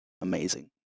Amazing